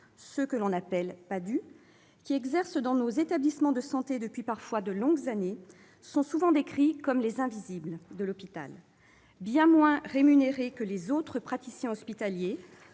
ils sont appelés PADHUE -, qui exercent dans nos établissements de santé depuis parfois de longues années, sont souvent décrits comme les « invisibles » de l'hôpital. Bien moins rémunérés que les autres praticiens hospitaliers,